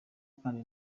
kandi